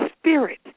spirit